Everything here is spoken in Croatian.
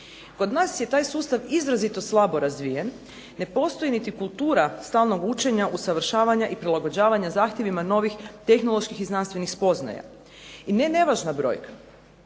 Kod nas je taj sustav izrazito slabo razvijen. Ne postoji niti kultura stalnog učenja, usavršavanja i prilagođavanja zahtjevima novih tehnoloških i znanstvenih spoznaja. I ne nevažna brojka,